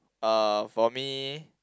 uh for me